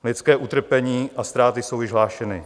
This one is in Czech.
Lidské utrpení a ztráty jsou již hlášeny.